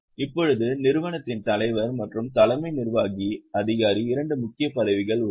இப்போது நிறுவனத்தின் தலைவர் மற்றும் தலைமை நிர்வாக அதிகாரி 2 முக்கிய பதவிகள் உள்ளன